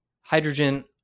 hydrogen